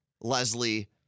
Leslie